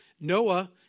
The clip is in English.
Noah